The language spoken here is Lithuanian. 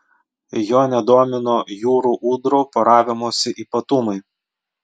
jo nedomino jūrų ūdrų poravimosi ypatumai